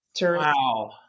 wow